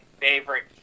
favorite